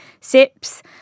SIPs